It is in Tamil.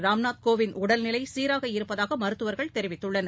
ராம்நாத் கோவிந்த் உடல்நிலை சீராக இருப்பதாக மருத்துவர்கள் தெரிவித்துள்ளனர்